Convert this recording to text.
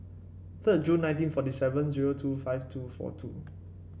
third June nineteen forty even zero two five two four two